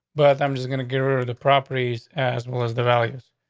but i'm just going to give her the properties as well as the values.